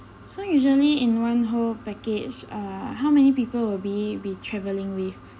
so usually in one whole package uh how many people will be be travelling with